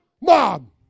Mom